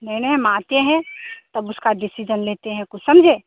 नहीं नहीं हम आते हैं तब उसका डिसीजन लेतें हैं कुछ समझे